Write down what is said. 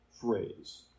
phrase